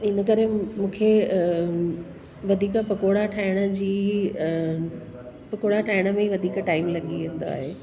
इन करे मूंखे अ वधीक पकोड़ा ठाहिण जी अ पकोड़ा ठाहिण में वधीक टाइम लॻी वेंदो आहे